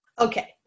Okay